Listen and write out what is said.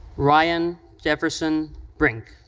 ryan jefferson brink.